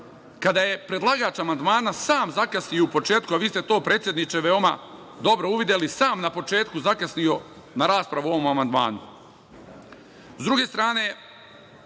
kada je predlagač amandmana sam zakasnio u početku, a vi ste to predsedniče dobro uvideli, sam na početku zakasnio na raspravu o ovom amandmanu.S